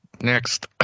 Next